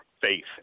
faith